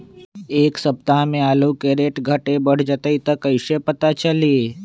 एक सप्ताह मे आलू के रेट घट ये बढ़ जतई त कईसे पता चली?